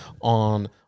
on